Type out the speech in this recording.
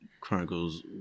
chronicles